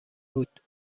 بود